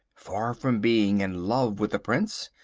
far from being in love with the prince,